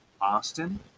Austin